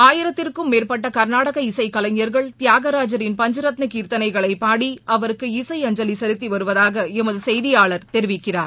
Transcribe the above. ஆயிரத்திற்கும் மேற்பட்ட கர்நாடக இசைக்கலைஞர்கள் தியாகராஜின் பஞ்சரத்தன கீர்த்தனைகளை பாடி அவருக்கு இசை அஞ்சவி செலுத்தி வருவதாக எமது செய்தியாளர் தெரிவிக்கிறார்